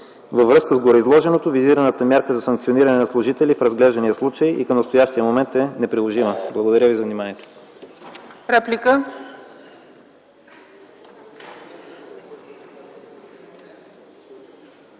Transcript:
Във връзка с гореизложеното визираната мярка за санкциониране на служители в разглеждания случай и към настоящия момент е неприложима. Благодаря ви за вниманието.